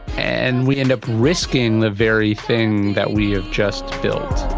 and we end up risking the very thing that we have just built.